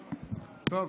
טוב.